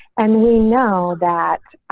and he know that